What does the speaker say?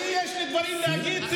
יש לי דברים להגיד.